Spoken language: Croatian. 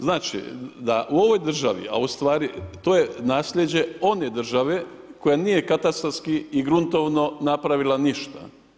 Znači da u ovoj državi, a u stvari to je naslijeđe one države koja nije katastarski i gruntovno napravila ništa.